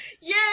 yay